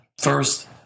first